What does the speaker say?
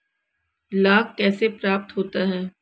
लाख कैसे प्राप्त होता है?